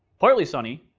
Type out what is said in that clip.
partly sunny.